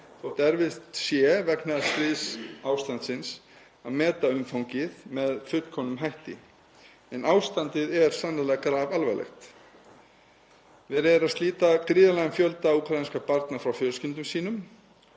erfitt sé vegna stríðsástandsins að meta umfangið með fullkomnum hætti. En ástandið er sannarlega grafalvarlegt. Verið er að slíta gríðarlegan fjölda úkraínskra barna frá fjölskyldum sínum